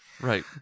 Right